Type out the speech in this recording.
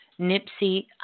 Nipsey